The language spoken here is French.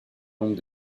nombre